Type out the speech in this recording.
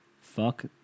Fuck